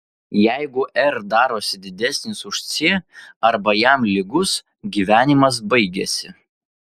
jeigu r darosi didesnis už c arba jam lygus gyvenimas baigiasi